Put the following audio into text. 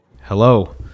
Hello